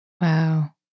Wow